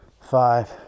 five